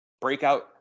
breakout